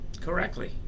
correctly